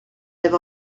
i’ve